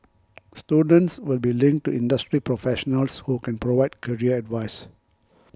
students will be linked to industry professionals who can provide career advice